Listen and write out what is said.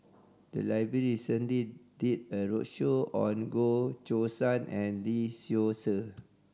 the library recently did a roadshow on Goh Choo San and Lee Seow Ser